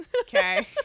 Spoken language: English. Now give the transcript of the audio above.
Okay